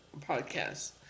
podcast